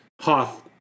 Hoth